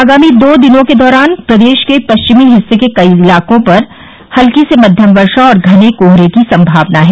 आगामी दो दिनों के दौरान प्रदेश के पश्चिमी हिस्से के कई स्थानों पर हल्की से मध्यम वर्षा और घने कोहरे की संभावना है